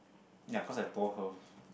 ya cause I told her